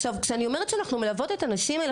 עכשיו שאני אומרת שאנחנו מלוות את הנשים האלה,